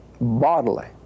bodily